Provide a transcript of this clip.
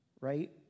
right